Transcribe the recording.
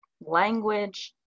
language